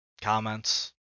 comments